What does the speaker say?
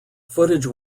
footage